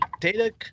data